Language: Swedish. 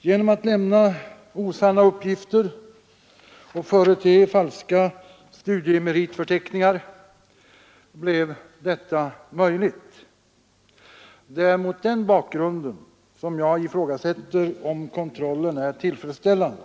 Genom att han lämnade osanna uppgifter och Tisdagen den företedde falska studiemeritförteckningar blev detta möjligt. Det är mot 2 april 1974 den bakgrunden jag ifrågasätter om kontrollen är tillfredsställande.